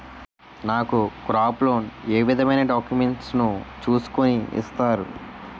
నాకు crop loan ఏ విధమైన డాక్యుమెంట్స్ ను చూస్కుని ఇస్తారు?